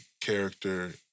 character